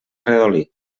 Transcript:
redolí